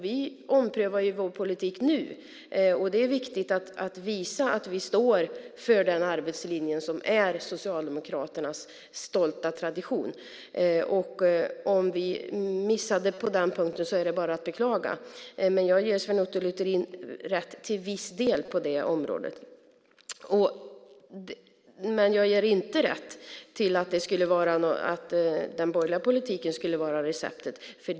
Vi omprövar vår politik nu, och det är viktigt att visa att vi står för den arbetslinje som är Socialdemokraternas stolta tradition. Om vi missade på den punkten är det bara att beklaga, men jag ger Sven Otto Littorin rätt till viss del på det området. Men jag ger inte rätt i att den borgerliga politiken skulle vara receptet.